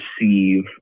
receive